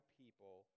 people